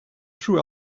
true